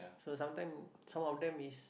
so sometime some of them is